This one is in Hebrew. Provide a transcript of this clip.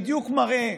זה בדיוק מראה